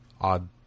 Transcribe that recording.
odd